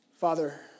Father